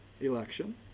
election